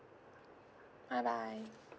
bye bye